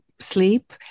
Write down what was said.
sleep